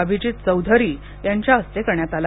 अभिजित चौधरी यांच्या हस्ते करण्यात आला